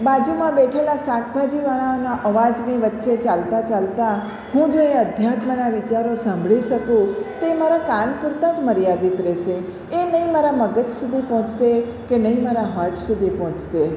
બાજુમાં બેઠેલા શાકભાજી વાળાના અવાજની વચ્ચે ચાલતા ચાલતા હું જો એ આધ્યાત્મના વિચારો સાંભળી શકું તો એ મારા કાન પૂરતાં જ મર્યાદિત રહેશે એ નહીં મારા મગજ સુધી પહોંચશે કે નહીં મારા હાર્ટ સુધી પહોંચશે